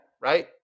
right